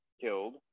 killed